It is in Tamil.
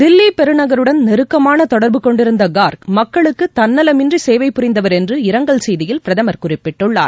தில்லி பெருநகருடன் நெருக்கமான தொடர்பு கொண்டிருந்த கார்க் மக்களுக்கு தன்னலமின்றி சேவை புரிந்தவர் என்று இரங்கல் செய்தியில் பிரதமர் குறிப்பிட்டுள்ளார்